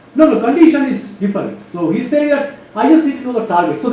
no condition is differ. so, he say ah i is into the target.